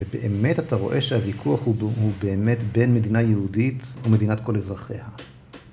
באמת אתה רואה שהוויכוח הוא באמת בין מדינה יהודית ומדינת כל אזרחיה.